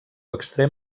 extrem